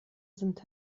sind